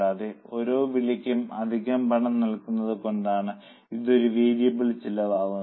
കൂടാതെ ഓരോ വിളിക്കും അധിക പണം നൽകുന്നത് കൊണ്ടാണ് ഇതൊരു വേരിയബിൾ ചെലവാകുന്നത്